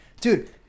Dude